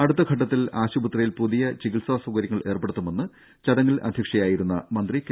അടുത്തഘട്ടത്തിൽ ആശുപത്രിയിൽ പുതിയ ചികിത്സാ സൌകര്യങ്ങൾ ഏർപ്പെടുത്തുമെന്ന് ചടങ്ങിൽ അധ്യക്ഷയായിരുന്ന കെ